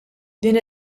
din